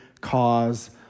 cause